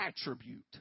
attribute